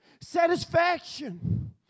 satisfaction